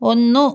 ഒന്നു